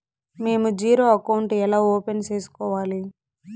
మేము zero account ఎలా open సేసుకోవాలి